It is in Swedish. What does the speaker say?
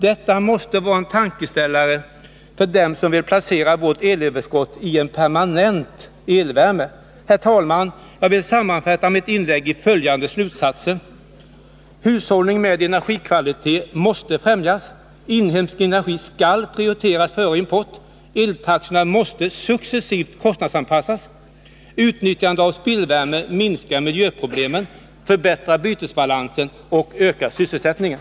Detta måste vara en tankeställare för dem som vill placera vårt elöverskott i en permanent elvärme. Herr talman! Jag vill sammanfatta mitt inlägg i följande slutsatser. Hushållning med energikvalitet måste främjas. Inhemsk energi skall prioriteras före import. Eltaxorna måste successivt kostnadsanpassas. Utnyttjande av spillvärme minskar miljöproblemen, förbättrar bytesbalansen och ökar sysselsättningen.